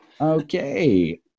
Okay